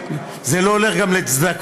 זה לא הולך גם לצדקה,